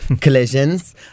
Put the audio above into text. collisions